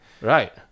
right